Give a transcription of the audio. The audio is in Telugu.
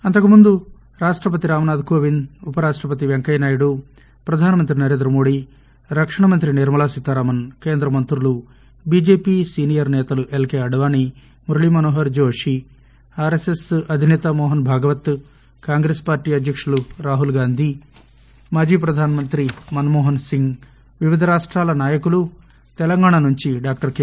అంతకుముందురాష్టపతిరామ్నాథ్కోవింద్ ఉపరాష్ణపతిపెంకయ్యనాయుడు ప్రధానమంత్రినరేంద్రమోదీ రక్షణమంత్రినిర్మ లాసీతారామన్ కేంద్రమంత్రులు బిజెపిసీనియర్పే తలుఎల్కె అద్యానీ మురళీమనోహర్హోషి ఆర్ఎస్ఎస్అధిసేతమోహన్సగవత్ కాంగ్రెస్పార్టీఅధ్యకులురాహుల్గాంధీ మాజీప్రధానమంత్రిమన్మోహన్సింగ్ వివిధరాష్టాలనాయకులు తెలంగాణనుంచిడాక్టర్కె